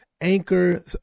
anchor